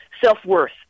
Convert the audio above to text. self-worth